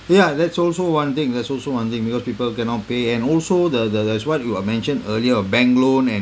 yeah that's also one thing that's also one thing because people cannot pay and also the the the as what you uh mentioned earlier a bank loan and